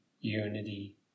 unity